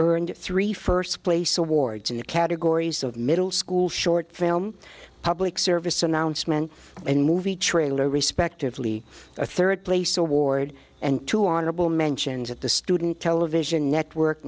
earned three first place awards in the categories of middle school short film public service announcement and movie trailer respectively a third place award and two honorable mentions at the student television network